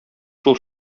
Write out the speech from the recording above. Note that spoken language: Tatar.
шул